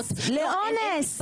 ולא נכנסנו לזה,